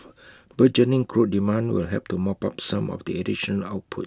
burgeoning crude demand will help to mop up some of the additional output